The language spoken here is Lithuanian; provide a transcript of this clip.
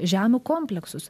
žemių komplektus